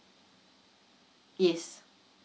yes